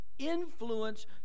Influence